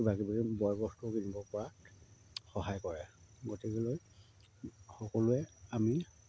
কিবা কিবি বয়বস্তু কিনিব পৰাত সহায় কৰে গতিকেলৈ সকলোৱে আমি